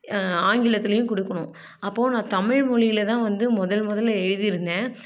ஆங்கிலத்துலேயும் கொடுக்கணும் அப்போது நான் தமிழ் மொழியில் தான் வந்து முதல் முதல்ல எழுதியிருந்தேன்